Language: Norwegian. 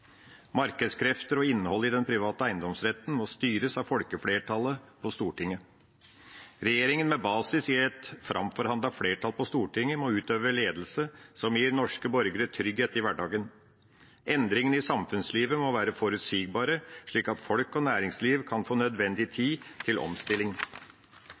Markedskrefter og innholdet i den private eiendomsretten må styres av folkeflertallet på Stortinget. Regjeringa, med basis i et framforhandlet flertall på Stortinget, må utøve ledelse som gir norske borgere trygghet i hverdagen. Endringene i samfunnslivet må være forutsigbare, slik at folk og næringsliv kan få nødvendig tid til omstilling.